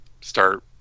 start